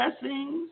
blessings